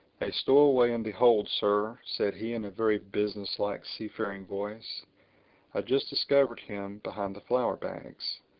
a stowaway in the hold, sir, said he in a very business-like seafaring voice. i just discovered him, behind the flour-bags.